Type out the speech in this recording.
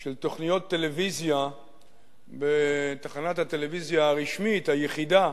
של תוכניות טלוויזיה בתחנת הטלוויזיה הרשמית היחידה